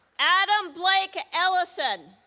adam blake ellison